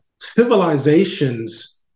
civilizations